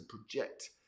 project